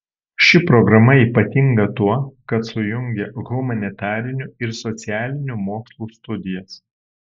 ši programa ypatinga tuo kad sujungia humanitarinių ir socialinių mokslų studijas